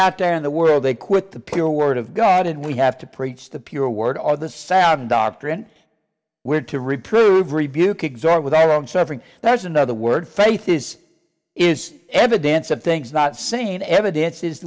out there in the world they quit the pure word of god and we have to preach the pure word of the sound doctrine we're to reprove rebuke exhort with our own suffering that's another word faith is is evidence of things not seen evidence is